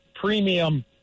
premium